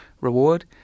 reward